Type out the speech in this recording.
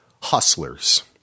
Hustlers